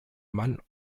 mann